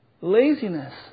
laziness